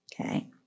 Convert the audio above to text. Okay